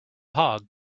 hog